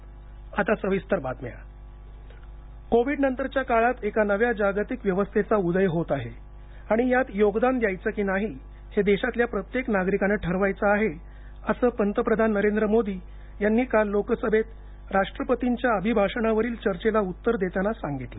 पंतप्रधान कोविड नंतरच्या काळात एका नव्या जागतिक व्यवस्थेचा उदय होत आहे आणि यात योगदान द्यायचं की नाही हेदेशातल्या प्रत्येक नागरिकानं ठरवायचं आहे असं पंतप्रधान नरेंद्र मोदी यांनी काल लोकसभेतराष्ट्रपतींच्या अभिभाषणावरील चर्चेला उत्तर देताना सांगितलं